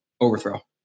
overthrow